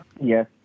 Yes